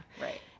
Right